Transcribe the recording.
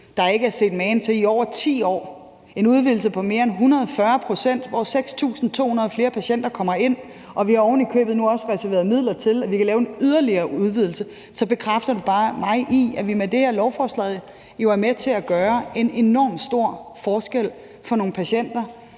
der ikke er set magen til i over 10 år, en udvidelse på mere end 140 pct., hvor 6.200 flere patienter kommer ind, og vi har nu ovenikøbet også reserveret midler til, at vi kan lave en yderligere udvidelse. Så det bekræfter bare mig i, at vi med det her lovforslag er med til at gøre en enormt stor forskel for nogle patienter,